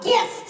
Yes